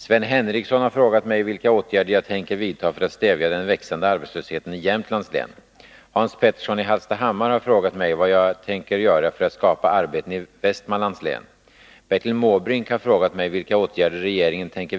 Sven Henricsson har frågat mig vilka åtgärder jag tänker vidta för att stävja den växande arbetslösheten i Jämtlands län, Hans Petersson i Hallstahammar har frågat mig vad jag tänker göra för att skapa arbeten i Västmanlands län.